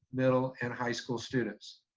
middle, and high school students.